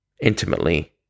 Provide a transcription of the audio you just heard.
intimately